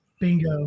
Bingo